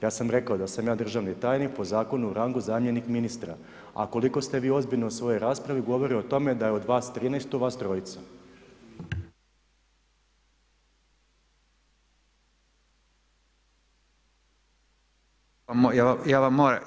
Ja sam rekao da sam ja državni tajnik po zakonu o rangu zamjenik ministra a koliko ste vi ozbiljni u svojoj raspravi, govori o tome da je od vas 13, tu vas 3.